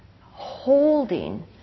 holding